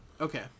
Okay